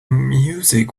music